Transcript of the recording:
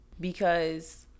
because-